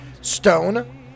stone